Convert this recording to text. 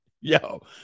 Yo